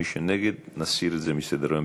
מי שנגד, נסיר את זה מסדר-היום.